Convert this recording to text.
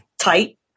tight